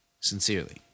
sincerely